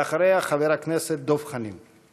ואחריה, חבר הכנסת דב חנין.